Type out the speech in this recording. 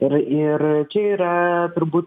ir ir čia yra turbūt